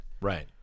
Right